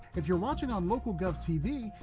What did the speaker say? if you're watching on local gulf tv,